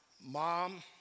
mom